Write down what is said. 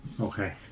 Okay